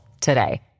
today